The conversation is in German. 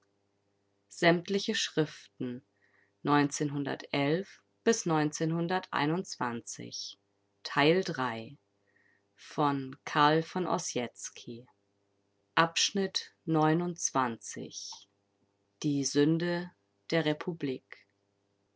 schriften die sünde der republik